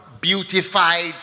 beautified